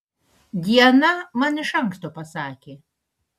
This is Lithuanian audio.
diana man iš anksto pasakė